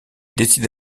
décide